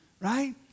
right